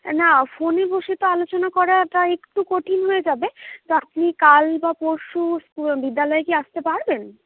না ফোনে বসে তো আলোচনা করাটা একটু কঠিন হয়ে যাবে তা আপনি কাল বা পরশু বিদ্যালয়ে কি আসতে পারবেন